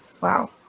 wow